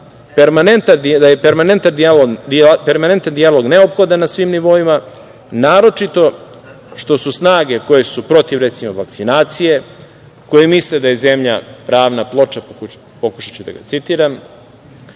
da je permanentan dijalog neophodan na svim nivoima, naročito što su snage koje su protiv, recimo, vakcinacije, koje misle da je zemlja ravna ploča, pokušaću da ga citiram,